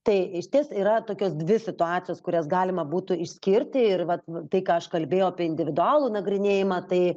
tai išties yra tokios dvi situacijos kurias galima būtų išskirti ir vat tai ką aš kalbėjau apie individualų nagrinėjimą tai